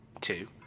Two